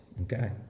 Okay